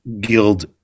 guild